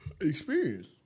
Experience